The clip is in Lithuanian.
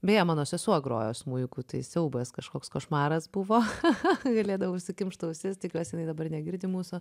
beje mano sesuo grojo smuiku tai siaubas kažkoks košmaras buvo cha cha galėdavau užsikimšt ausis tikiuosi jinai dabar negirdi mūsų